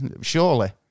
surely